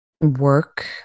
work